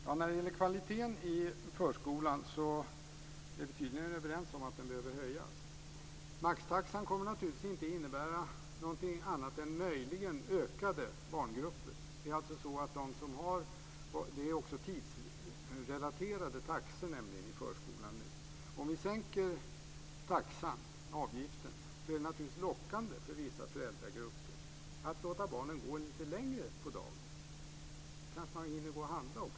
Fru talman! Vi är tydligen överens om att kvaliteten inom förskolan behöver höjas. Maxtaxan kommer naturligtvis inte att innebära någonting annat än möjligen ökade barngrupper. Taxorna i förskolan är också tidsrelaterade. Om avgiften sänks kan det vara lockande för vissa föräldragrupper att låta barnen gå lite längre på dagis, eftersom det inte kostar särskilt mycket.